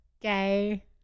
gay